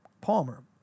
Palmer